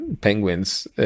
penguins